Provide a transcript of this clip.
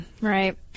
Right